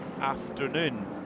afternoon